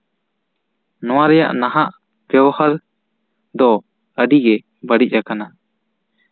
ᱱᱚᱣᱟ ᱨᱮᱭᱟᱜ ᱱᱟᱦᱟᱜ ᱵᱮᱣᱦᱟᱨ ᱫᱚ ᱟᱹᱰᱤᱜᱮ ᱵᱟᱹᱲᱤᱡ ᱟᱠᱟᱱᱟ